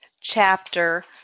chapter